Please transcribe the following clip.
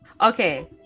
okay